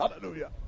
Hallelujah